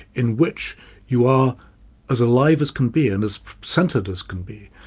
in which you are as alive as can be, and as centred as can be.